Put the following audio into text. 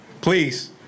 Please